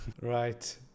right